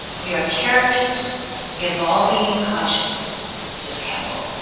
we are characters evolving in consciousness says campbell.